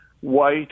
white